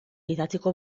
idatziko